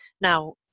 Now